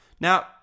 Now